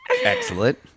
excellent